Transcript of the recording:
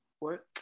work